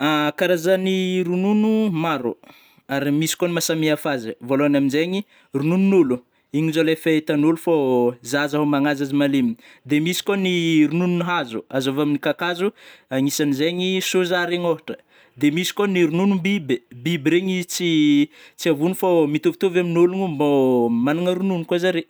Karazany ronono maro, ary misy kô ny maha samihafa azy, vôlôhany aminzegny, rononon'ôlo, igny zao le efa hitan'ôlo fô zaza hômagna azy zaza malemy, de misy kô ny ronono hazo, azo avy amin'ny kakazo agnisany zegny sôza regny ôhatra, de misy kô ny rononom'biby, biby regny tsy avony fô mitovitovy amin'ny ôlona mbô managna ronono koa zare.